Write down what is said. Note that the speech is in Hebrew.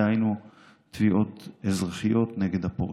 דהיינו תביעות אזרחיות נגד הפורעים.